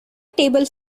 table